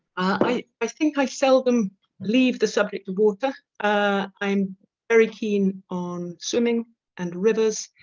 i i think i seldom leave the subject of water ah i'm very keen on swimming and rivers